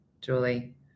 Julie